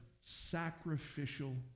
sacrificial